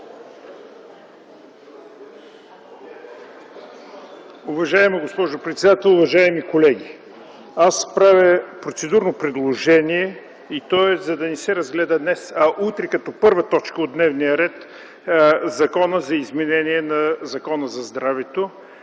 Уважаема госпожо председател, уважаеми колеги! Правя процедурно предложение да не се разглежда днес, а утре като първа точка от дневния ред Законът за изменение и допълнение на Закона за здравето